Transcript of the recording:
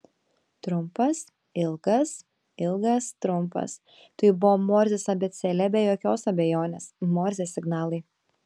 trumpas ilgas ilgas trumpas tai buvo morzės abėcėlė be jokios abejonės morzės signalai